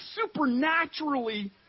supernaturally